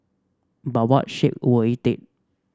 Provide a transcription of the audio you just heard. but what shape will it take